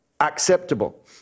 acceptable